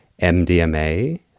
MDMA